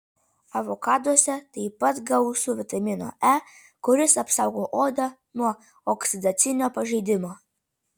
avokaduose taip pat gausu vitamino e kuris apsaugo odą nuo oksidacinio pažeidimo